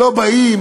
לא באים,